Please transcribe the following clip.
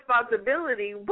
responsibility